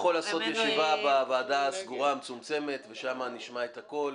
יכול לעשות ישיבה בוועדה הסגורה ושם נשמע את הכול.